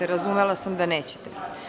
Razumela sam da nećete.